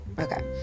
okay